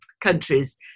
countries